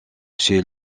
chez